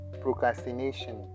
procrastination